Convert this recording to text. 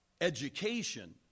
education